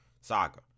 saga